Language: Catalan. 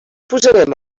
posarem